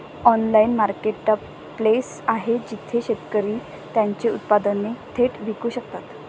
Online marketplace आहे जिथे शेतकरी त्यांची उत्पादने थेट विकू शकतात?